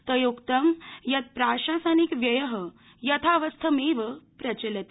तयोक्तं यत् प्राशासनिक व्यय यथावस्थमेव प्रचलति